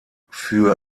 für